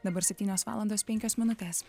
dabar septynios valandos penkios minutės